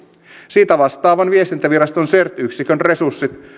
siitä vastaavan viestintäviraston cert yksikön resurssit